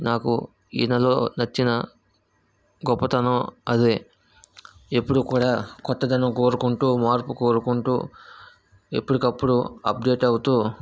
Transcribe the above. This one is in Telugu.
నాకు ఈయనలో నచ్చిన గొప్పతనం అదే ఎప్పుడూ కూడా కొత్తదనం కోరుకుంటూ మార్పు కోరుకుంటూ ఎప్పటికప్పుడూ అప్డేట్ అవుతూ